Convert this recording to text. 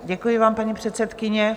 Děkuji vám, paní předsedkyně.